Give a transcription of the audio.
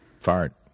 fart